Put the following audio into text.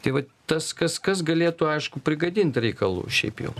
tai vat tas kas kas galėtų aišku prigadint reikalų šiaip jau